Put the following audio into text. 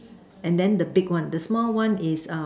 and then the big one the small one is err